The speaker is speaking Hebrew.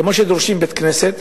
כמו שדורשים בית-כנסת,